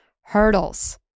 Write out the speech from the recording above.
hurdles